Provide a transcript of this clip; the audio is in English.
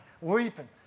weeping